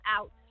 out